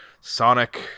Sonic